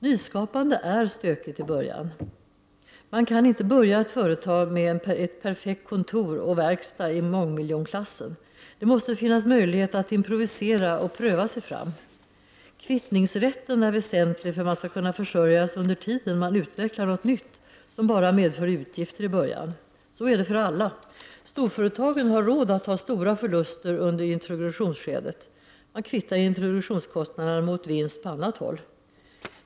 Nyskapande är stökigt i början. Man kan inte starta ett företag med ett perfekt kontor och verkstad i mångmiljonklassen. Det måste finnas möjlighet att improvisera och pröva sig fram. Kvittningsrätten är väsentlig för att man skall kunna försörja sig under tiden man utvecklar något nytt som bara medför utgifter i början. Så är det för alla. Storföretagen har råd att ta stora förluster under introduktionsskedet. Man kvittar introduktionskostnaderna mot vinst på annat håll.